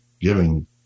giving